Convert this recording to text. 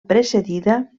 precedida